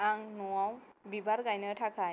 आं न'आव बिबार गायनो थाखाय